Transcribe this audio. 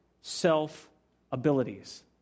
self-abilities